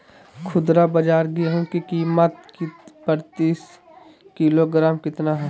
खुदरा बाजार गेंहू की कीमत प्रति किलोग्राम कितना है?